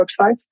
websites